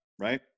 right